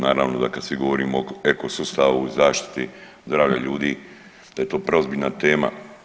Naravno da kad govorimo o eko sustavu, zaštiti zdravlja ljudi da je to preozbiljna tema.